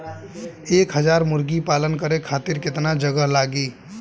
एक हज़ार मुर्गी पालन करे खातिर केतना जगह लागी?